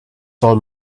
told